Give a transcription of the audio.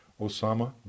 Osama